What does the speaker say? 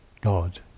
God